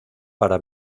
para